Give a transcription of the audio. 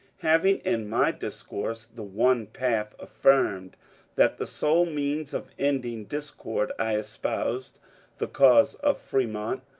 hav ing in my discourse the one path affirmed that the sole means of ending discord, i espoused the cause of fremont.